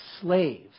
slaves